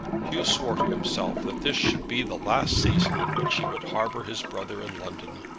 hugh swore to himself that this should be the last season in which he would harbour his brother in london.